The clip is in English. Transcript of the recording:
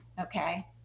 okay